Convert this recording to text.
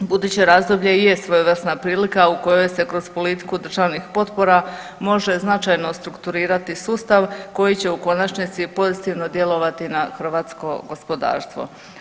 Buduće razdoblje i je svojevrsna prilika u kojoj se kroz politiku državnih potpora može značajno strukturirati sustav koji će u konačnici pozitivno djelovati na hrvatsko gospodarstvo.